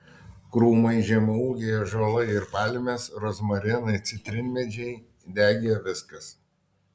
krūmai žemaūgiai ąžuolai ir palmės rozmarinai citrinmedžiai degė viskas